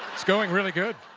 it's going really good.